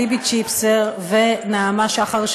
ליבי צ'יפסר ונעמה שחר,